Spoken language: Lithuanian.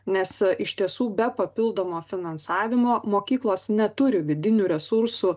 nes iš tiesų be papildomo finansavimo mokyklos neturi vidinių resursų